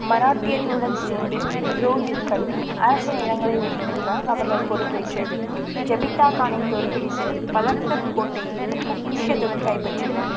மராட்டியர்களுடன் சேர்ந்து ரோஹில்கண்டின் அரச நிலங்களை வென்றெடுக்க அவர்கள் பொறுப்பேற்று ஜபிதா கானை தோற்கடித்து பதர்கர் கோட்டையை அதன் பொக்கிஷத்துடன் கைப்பற்றினர்